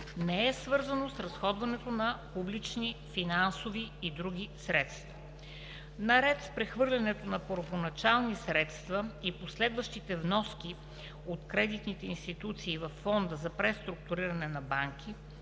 не е свързано с разходването на публични финансови и други средства. Наред с прехвърлянето на първоначални средства и последващите вноски от кредитните институции във Фонда за преструктуриране на банки